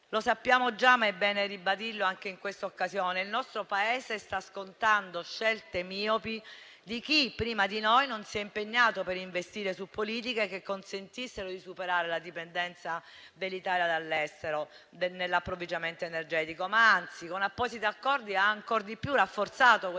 Lo sappiamo già, ma è bene ribadirlo anche in questa occasione: il nostro Paese sta scontando scelte miopi di chi, prima di noi, non si è impegnato per investire su politiche che consentissero di superare la dipendenza dell'Italia dall'estero per quanto riguarda l'approvvigionamento energetico, ed anzi, con appositi accordi, ha ancor di più rafforzato tale